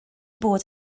bod